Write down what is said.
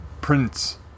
Prince